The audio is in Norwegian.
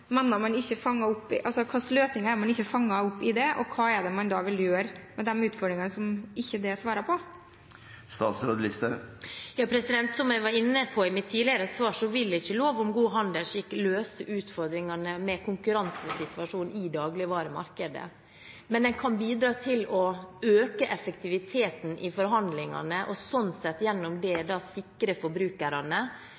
vil gjøre med de utfordringene som dette ikke svarer på? Som jeg var inne på i mitt tidligere svar, vil ikke lov om god handelsskikk løse utfordringene med konkurransesituasjonen i dagligvaremarkedet, men den kan bidra til å øke effektiviteten i forhandlingene og sånn sett, gjennom det, sikre forbrukerne